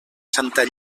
santa